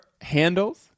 handles